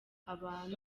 abantu